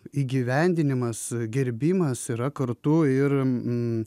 įgyvendinimas gerbimas yra kartu ir